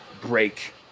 break